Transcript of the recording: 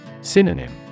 Synonym